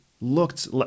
looked